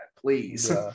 please